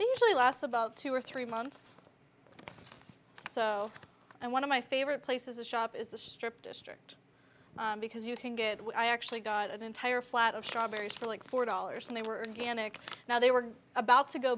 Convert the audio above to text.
they usually last about two or three months or so and one of my favorite places to shop is the strip district because you can get what i actually got an entire flat of strawberries for like four dollars and they were gammick now they were about to go